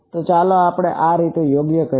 તો ચાલો આને આ રીતે યોગ્ય કહીએ